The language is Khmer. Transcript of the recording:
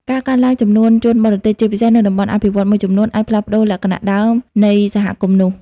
ការកើនឡើងចំនួនជនបរទេស ជាពិសេសនៅតំបន់អភិវឌ្ឍន៍មួយចំនួន អាចផ្លាស់ប្តូរលក្ខណៈដើមនៃសហគមន៍នោះ។